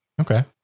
Okay